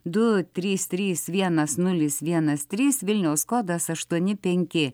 du trys trys vienas nulis vienas trys vilniaus kodas aštuoni penki